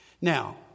Now